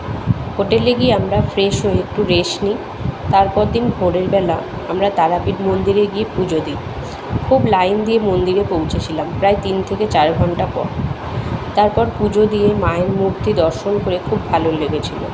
হোটেলে গিয়ে আমরা ফ্রেশ হয়ে একটু রেস্ট নিই তার পরের দিন ভোরের বেলা আমরা তারাপীঠ মন্দিরে গিয়ে পুজো দিই খুব লাইন দিয়ে মন্দিরে পৌঁছেছিলাম প্রায় তিন থেকে চার ঘন্টা পর তারপর পুজো দিয়ে মায়ের মূর্তি দর্শন করে খুব ভালো লেগেছিলো